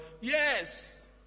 Yes